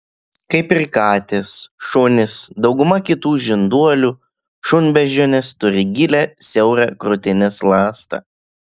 kaip ir katės šunys dauguma kitų žinduolių šunbeždžionės turi gilią siaurą krūtinės ląstą